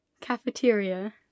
Cafeteria